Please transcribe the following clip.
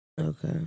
Okay